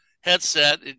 headset